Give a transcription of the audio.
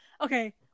Okay